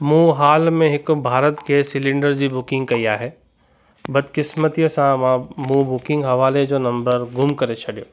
मूं हाल में हिकु भारत गैस सिलिंडर जी बुकिंग कई आहे बदक़िस्मतीअ सां मां मूं बुकिंग हवाले जो नम्बर गुम करे छॾियो